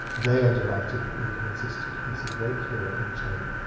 they are delighted that needham existed. he's a great hero in china.